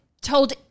Told